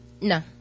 No